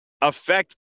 affect